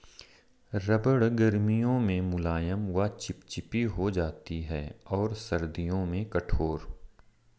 रबड़ गर्मियों में मुलायम व चिपचिपी हो जाती है और सर्दियों में कठोर